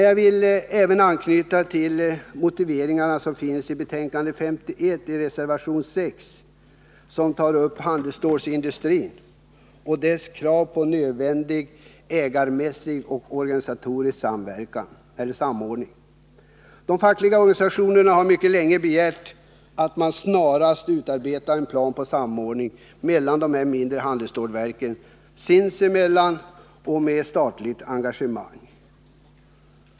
Jag vill också anknyta till motiveringarna i reservation 6 i betänkande 51, som tar upp handelsstålsindustrin och dess krav på nödvändig ägarmässig och organisatorisk samordning. De fackliga organisationerna har mycket länge begärt att man snarast skall utarbefa en plan för samordning mellan de mindre handelsstålsverken sinsemellan och med ett statligt engagemang.